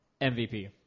MVP